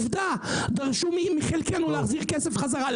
דרשו מחלקנו להחזיר כסף בחזרה.